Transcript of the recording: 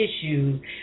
issues